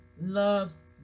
loves